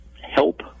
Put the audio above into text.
help